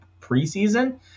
preseason